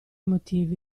motivi